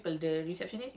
no ah